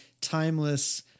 timeless